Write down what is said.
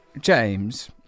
James